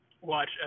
watch